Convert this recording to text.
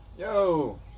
yo